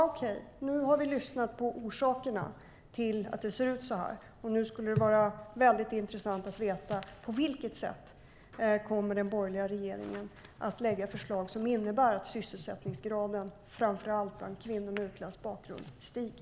Okej - nu har vi lyssnat på orsakerna till att det ser ut så här, och nu skulle det vara väldigt intressant att veta: På vilket sätt kommer den borgerliga regeringen att lägga fram förslag som innebär att sysselsättningsgraden, framför allt bland kvinnor med utländsk bakgrund, stiger?